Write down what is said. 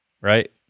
Right